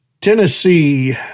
Tennessee